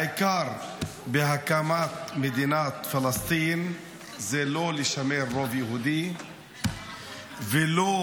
העיקר בהקמת מדינת פלסטין הוא לא לשמר רוב יהודי ולא